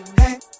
hey